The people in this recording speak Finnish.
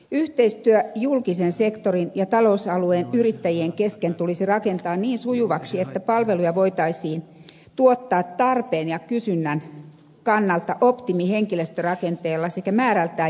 yhteistyö julkisen sektorin ja talousalueen yrittäjien kesken tulisi rakentaa niin sujuvaksi että palveluja voitaisiin tuottaa tarpeen ja kysynnän kannalta optimihenkilöstörakenteella sekä määrältään joustavasti